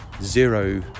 zero